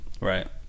Right